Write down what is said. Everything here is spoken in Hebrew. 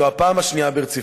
זו הפעם השנייה ברציפות.